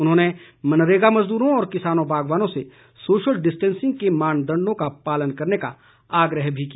उन्होंने मनरेगा मजदूरों और किसानों बागवानों से सोशल डिस्टेंसिंग के मानदंडों का पालन करने का आग्रह भी किया